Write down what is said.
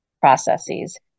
processes